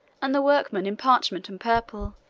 and the workmen in parchment and purple.